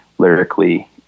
lyrically